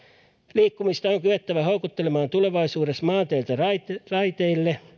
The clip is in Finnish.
liikkumista on kyettävä houkuttelemaan tulevaisuudessa maanteiltä raiteille raiteille